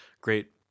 Great